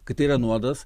kad tai yra nuodas